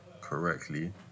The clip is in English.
correctly